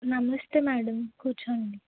నమస్తే మేడమ్ కూర్చోండి